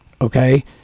okay